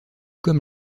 comme